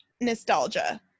nostalgia